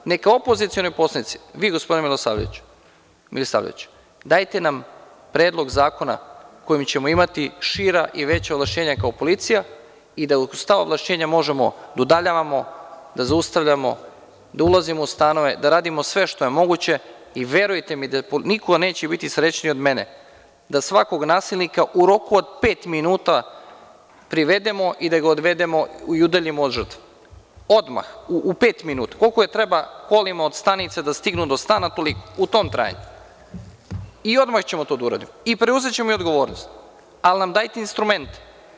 Neka opozicioni poslanici, vi gospodine Milisavljeviću, dajte nam Predlog zakona kojim ćemo imati šira i veća ovlašćenja kao policija i da uz ta ovlašćenja možemo da udaljavamo, zaustavljamo, da radimo sve što je moguće i verujte mi, niko neće biti srećniji od mene da svakog nasilnika u roku od pet minuta privedemo i da ga udaljimo od žrtve, odmah, u pet minuta, koliko je trebalo od stanice do stana da se stigne, toliko u tom trajanju i odmah ćemo to da uradimo i preuzećemo odgovornost, ali nam dajte instrument.